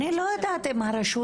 אני לא יודעת אם הרשות,